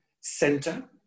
center